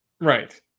right